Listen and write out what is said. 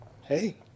hey